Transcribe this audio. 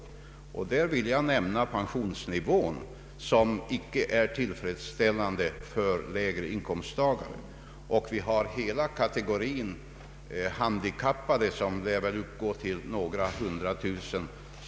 Jag vill i detta sammanhang nämna <pensionsnivån, som icke är tillfredsställande för lägre inkomsttagare. Vi har hela kategorin handikappade, som lär uppgå till några hundra tusen.